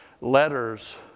letters